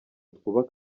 twubake